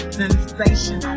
sensation